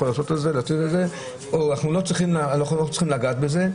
לעשות את זה או שלא צריכים לגעת בזה,